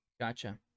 Gotcha